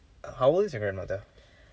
how old is your grandmother